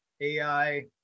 AI